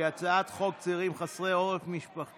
ההצעה להעביר את הצעת חוק סיוע לצעירים חסרי עורף משפחתי,